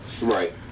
Right